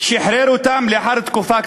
שחרר אותם לאחר תקופה קצרה.